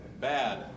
Bad